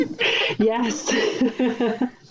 yes